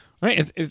right